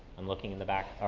i'm looking in the back.